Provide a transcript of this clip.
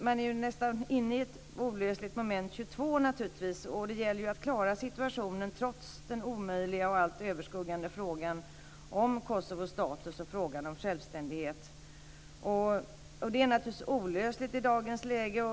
Man är nästan inne i ett olösligt moment 22. Det gäller att klara situationen trots den omöjliga och allt överskuggande frågan om Kosovos status och självständighet. Det är naturligtvis olösligt i dagens läge.